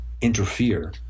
interfere